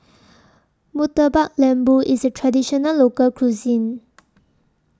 Murtabak Lembu IS A Traditional Local Cuisine